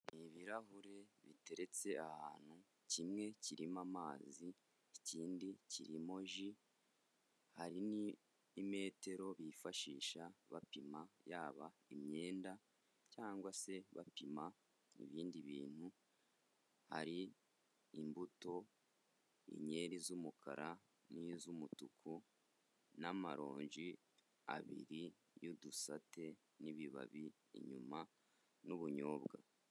Ni ibirahure biteretse ahantu, kimwe kirimo amazi ikindi kirimo ji, hari imetero bifashisha bapima yaba imyenda, cyangwa se bapima ibindi bintu, hari imbuto, inkeri z'umukara n'izumutuku n'amaronji abiri y' udusate, n'ibibabi inyuma n'ubunyobwa.